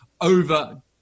over